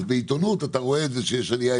בעיתונות אתה רואה את זה שיש יותר עלייה.